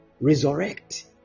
resurrect